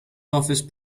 office